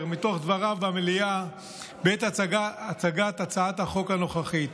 מתוך דבריו במליאה בעת הצגת הצעת החוק הנוכחית: